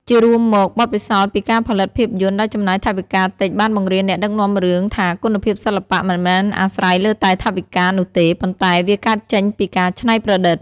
ជារួមមក បទពិសោធន៍ពីការផលិតភាពយន្តដែលចំណាយថវិកាតិចបានបង្រៀនអ្នកដឹកនាំរឿងថាគុណភាពសិល្បៈមិនមែនអាស្រ័យលើតែថវិកានោះទេ ប៉ុន្តែវាកើតចេញពីការច្នៃប្រឌិត។